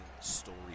story